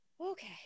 Okay